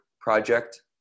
project